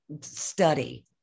study